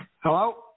Hello